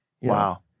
Wow